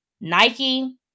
Nike